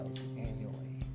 annually